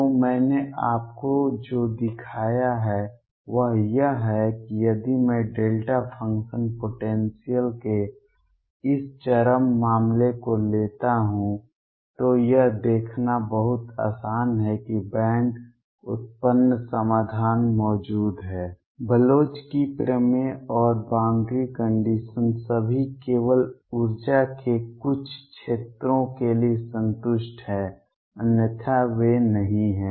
तो मैंने आपको जो दिखाया है वह यह है कि यदि मैं डेल्टा फ़ंक्शन पोटेंसियल के इस चरम मामले को लेता हूं तो यह देखना बहुत आसान है कि बैंड उत्पन्न समाधान मौजूद हैं बलोच की प्रमेय और बॉउंड्री कंडीशन सभी केवल ऊर्जा के कुछ क्षेत्रों के लिए संतुष्ट हैं अन्यथा वे नहीं हैं